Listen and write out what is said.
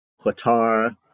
qatar